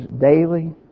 daily